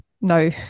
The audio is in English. no